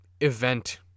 event